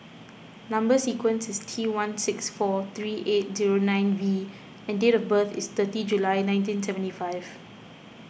Number Sequence is T one six four three eight zero nine V and date of birth is thirty July nineteen seventy five